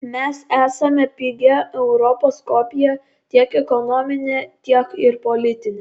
mes esame pigia europos kopija tiek ekonomine tiek ir politine